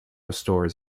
stores